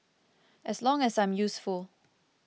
as long as I'm useful